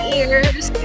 ears